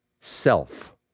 self